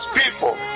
people